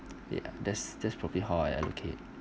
ya that's that's probably how I allocate